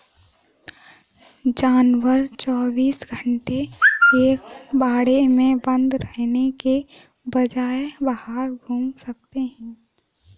जानवर चौबीस घंटे एक बाड़े में बंद रहने के बजाय बाहर घूम सकते है